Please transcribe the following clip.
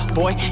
boy